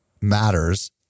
matters